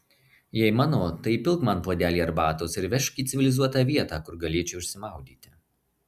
jei mano tai įpilk man puodelį arbatos ir vežk į civilizuotą vietą kur galėčiau išsimaudyti